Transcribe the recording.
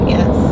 Yes